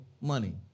money